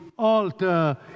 Altar